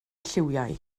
lliwiau